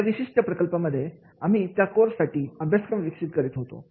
या विशिष्ट प्रकल्पामध्ये आम्ही त्या या कोर्ससाठी अभ्यासक्रम विकसित करीत होतो